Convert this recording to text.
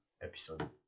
episode